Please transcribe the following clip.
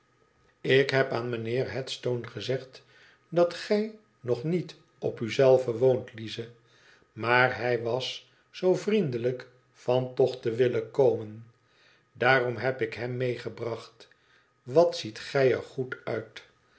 ik heb aan mijnheer headstone gezegd dat gij nog niet op u zelve woont lize maar hij was zoo vriendelijk van toch te willen komen daarom heb ik hem meegebracht wat ziet gij er goed uit